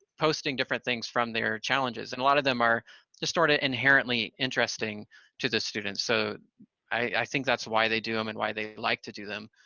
posting different things from their challenges, and a lot of them are just sorta inherently interesting to the students, so i think that's why they do them and why they like to do them.